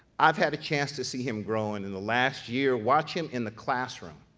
i've had a chance to see him grow and in the last year, watch him in the classroom.